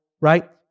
right